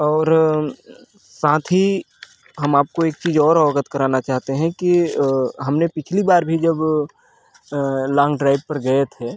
और साथ ही हम आपको एक चीज और अवगत कराना चाहते हैं कि अ हमने पिछली बार भी जब अ लॉन्ग ड्राइव पर गए थे